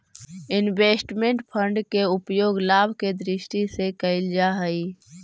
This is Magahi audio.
इन्वेस्टमेंट फंड के उपयोग लाभ के दृष्टि से कईल जा हई